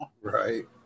Right